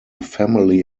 family